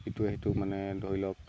ইটোৱে সিটোক মানে ধৰি লওক